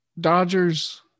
Dodgers